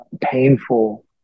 painful